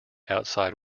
outside